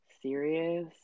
serious